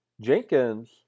Jenkins